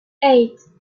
eight